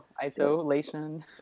Isolation